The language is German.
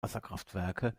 wasserkraftwerke